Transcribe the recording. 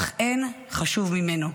אך אין חשוב ממנו: